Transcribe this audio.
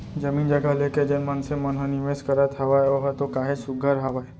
जमीन जघा लेके जेन मनसे मन ह निवेस करत हावय ओहा तो काहेच सुग्घर हावय